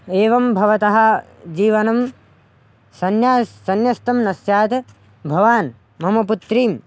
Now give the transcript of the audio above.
एवं भवतः जीवनं सन्यास् सन्यस्तं न स्यात् भवान् मम पुत्रीम्